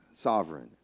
sovereign